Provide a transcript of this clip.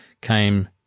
came